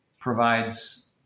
provides